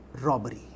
robbery